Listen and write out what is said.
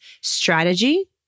Strategy